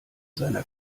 seiner